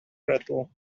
prattle